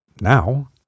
now